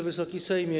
Wysoki Sejmie!